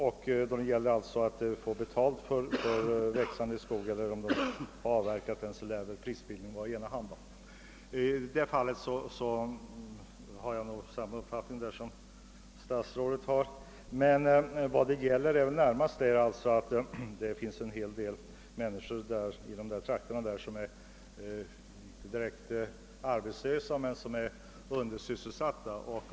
När det gäller frågan om huruvida man får mest betalt för växande eller avverkad skog kan nog sägas att möjligheterna är tämligen enahanda. I detta fall har jag nog samma uppfattning som statsrådet. Närmast gäller det nu de människor vilka bor i dessa trakter och som inte är direkt arbetslösa men dock undersysselsatta.